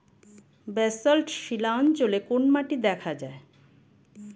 Basalt শিলা অঞ্চলে কোন মাটি দেখা যায়?